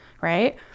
right